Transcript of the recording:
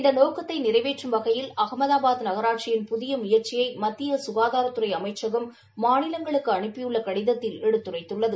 இந்த நோக்கத்தை நிறைவேற்றும் வகையில் அஹமதாபாத் நகராட்சியின் புதிய முயற்சியை மத்திய சுகாதாரத்துறை அமைச்சகம் மாநிலங்களுக்கு அனுப்பியுள்ள கடிதத்தில் எடுத்துரைத்துள்ளது